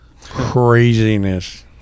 Craziness